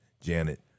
Janet